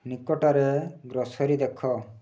ନିକଟରେ ଗ୍ରୋସରୀ ଦେଖ